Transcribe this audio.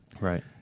Right